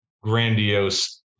grandiose